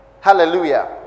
Hallelujah